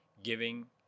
giving